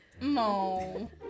No